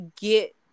get